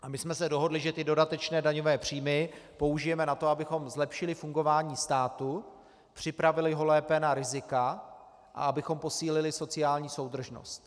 A my jsme se dohodli, že ty dodatečné daňové příjmy použijeme na to, abychom zlepšili fungování státu, připravili ho lépe na rizika a abychom posílili sociální soudržnost.